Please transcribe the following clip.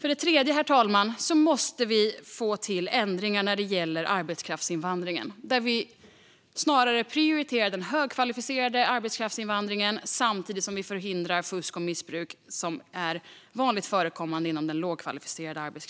För det tredje: Vi måste få till ändringar när det gäller arbetskraftsinvandringen, så att vi prioriterar den högkvalificerade arbetskraftsinvandringen samtidigt som vi förhindrar det fusk och missbruk som är vanligt förekommande inom den lågkvalificerade.